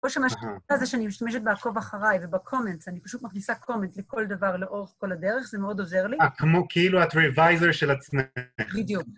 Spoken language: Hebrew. או שמה שאני עושה זה שאני משתמשת בעקוב אחריי וב-comments, אני פשוט מכניסה comment לכל דבר לאורך כל הדרך, זה מאוד עוזר לי. אה, כמו כאילו את reviser של עצמך. בדיוק.